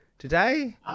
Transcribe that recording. today